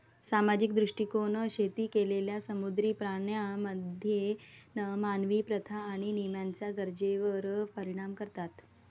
सामाजिक दृष्टीकोन शेती केलेल्या समुद्री प्राण्यांमध्ये मानवी प्रथा आणि नियमांच्या गरजेवर परिणाम करतात